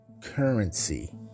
currency